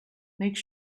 make